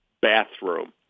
bathroom